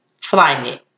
Flyknit